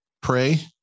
pray